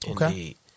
indeed